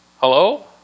Hello